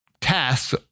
tasks